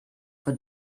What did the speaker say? for